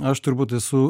aš turbūt esu